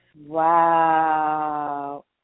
Wow